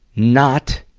not,